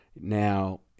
Now